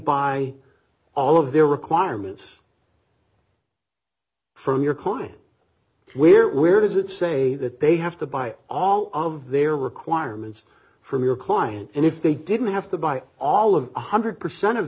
buy all of their requirements from your client where where does it say that they have to buy all of their requirements from your client and if they didn't have to buy all of one hundred percent of